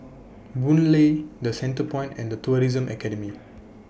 Boon Lay The Centrepoint and The Tourism Academy